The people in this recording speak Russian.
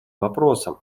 вопросам